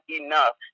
enough